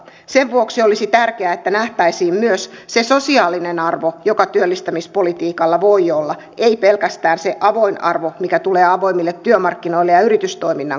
sen vuoksi olisi tärkeää että nähtäisiin myös se sosiaalinen arvo joka työllistämispolitiikalla voi olla ei pelkästään se avoin arvo mikä tulee avoimille työmarkkinoille ja yritystoiminnan kautta